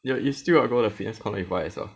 you you still got go the V_S collect by yourself